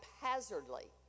haphazardly